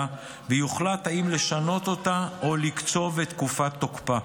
ויוחלט אם לשנות אותה או לקצוב את תקופת תוקפה.